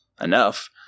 enough